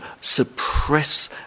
suppress